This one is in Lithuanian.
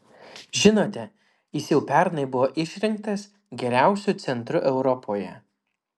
žinote jis jau pernai buvo išrinktas geriausiu centru europoje